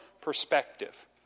perspective